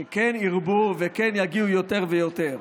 שכן ירבו וכן יגיעו יותר ויותר.